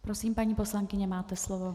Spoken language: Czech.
Prosím, paní poslankyně, máte slovo.